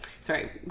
Sorry